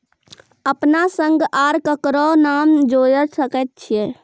अपन संग आर ककरो नाम जोयर सकैत छी?